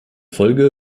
folge